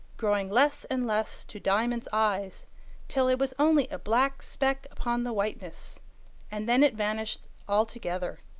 growing less and less to diamond's eyes till it was only a black speck upon the whiteness and then it vanished altogether.